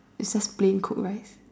is just plain cooked rice